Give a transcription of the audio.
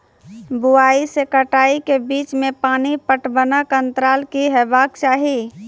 बुआई से कटाई के बीच मे पानि पटबनक अन्तराल की हेबाक चाही?